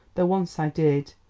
though once i did.